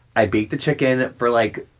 i bake the chicken for, like.